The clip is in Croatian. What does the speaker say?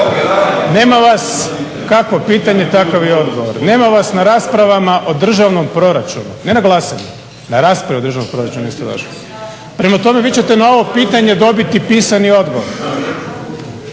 Nema vas, kakvo pitanje takav i odgovor. Nema vas na raspravama o državnom proračunu, ne na glasanju, na raspravu o državnom proračunu niste došli. Prema tome, vi ćete na ovo pitanje dobiti pisani odgovor.